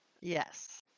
yes